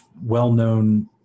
well-known